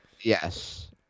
Yes